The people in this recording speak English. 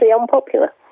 unpopular